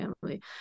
family